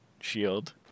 Shield